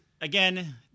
again